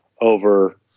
over